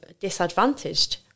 disadvantaged